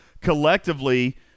collectively